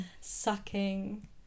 Sucking